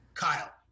Kyle